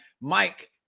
Mike